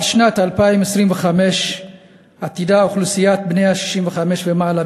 עד שנת 2025 עתידה אוכלוסיית בני ה-65 ומעלה